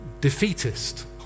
defeatist